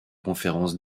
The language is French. conférence